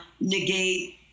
negate